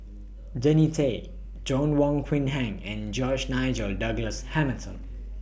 Jannie Tay Joanna Wong Quee Heng and George Nigel Douglas Hamilton